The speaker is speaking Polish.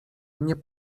mnie